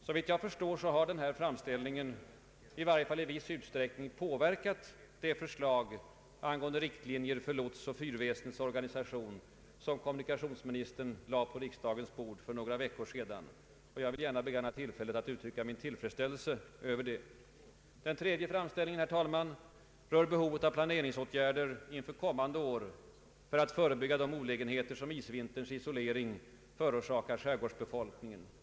Såvitt jag kan förstå, har den framställningen i varje fall i viss utsträckning påverkat de förslag angående riktlinjer för lotsoch fyrväsendets organisation som kommunikationsministern lade på riksdagens bord för några veckor sedan. Jag vill gärna begagna tiillfället att uttrycka min tillfredsställelse däröver. Den tredje framställningen, herr talman, rör behovet av planeringsåtgärder inför kommande år för att förebygga de olägenheter som isvinterns isolering förorsakar skärgårdsbefolkningen.